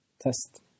test